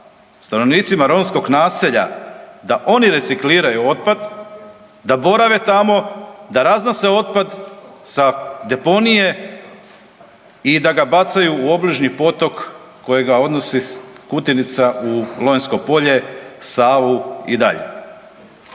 stanovnicima romskog naselja da oni recikliraju otpad, da borave tamo, da raznose otpad sa deponije i da ga bacaju u obližnji potok kojega odnosi Kutinica u Lonjsko polje, Savu i dalje.